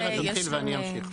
מירה תתחיל ואני אמשיך.